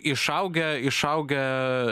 išaugę išaugę